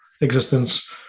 existence